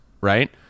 right